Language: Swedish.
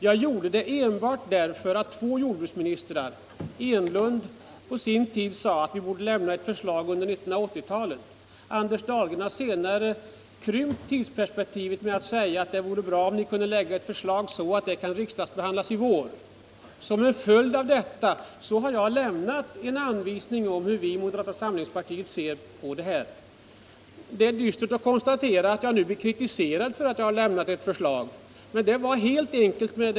Jag gjorde det enbart därför att två jordbruksministrar hade framställt önskemål om sådana förslag — Eric Enlund sade på sin tid att vi borde lämna ett förslag under 1980-talet, Anders Dahlgren har senare krympt tidsperspektivet och sagt att det vore bra om vi kunde lämna ett förslag så att det kunde riksdagsbehandlas i vår. Jag har därför lämnat en anvisning om hur vi i moderata samlingspartiet ser på frågan. Det är dystert att behöva konstatera att jag nu blir kritiserad för att jag har lämnat ett förslag.